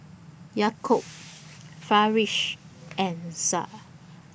Yaakob Firash and Syah